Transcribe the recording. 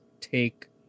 take